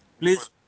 Please